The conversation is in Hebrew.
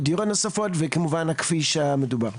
הדיור הנוספות וכמובן הכביש המדובר.